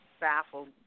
baffled